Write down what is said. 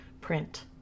print